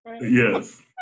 yes